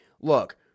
Look